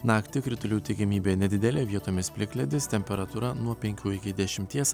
naktį kritulių tikimybė nedidelė vietomis plikledis temperatūra nuo penkių iki dešimties